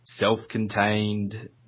self-contained